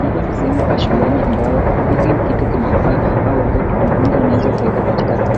Hapa ni sehemu oa shuleni ambao hii kitu kinafaa au wanafunzi wanaeza kuweka